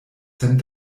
sen